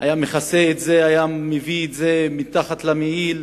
היה מכסה אותו ומביא אותו מתחת למעיל,